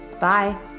Bye